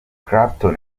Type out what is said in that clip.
clapton